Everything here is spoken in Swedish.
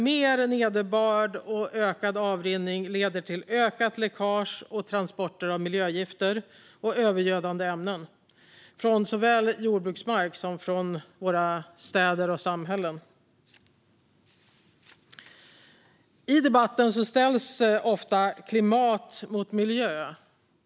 Mer nederbörd och ökad avrinning leder till ökat läckage och transporter av miljögifter och övergödande ämnen såväl från jordbruksmark som från våra städer och samhällen. I debatten ställs ofta klimat mot miljö.